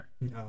No